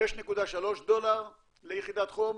6.3 דולר ליחידת חום,